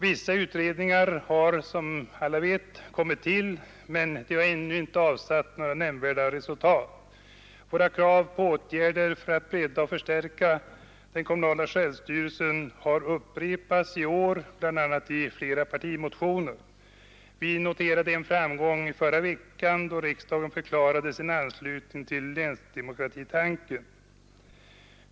Vissa utredningar har som alla vet kommit till, men de har ännu inte avsatt några nämnvärda resultat. Våra krav på åtgärder för att bredda och förstärka den kommunala självstyrelsen har upprepats i år, bl.a. i flera partimotioner. Vi noterade en framgång i förra veckan, då riksdagen förklarade sin anslutning till länsdemokratitanken.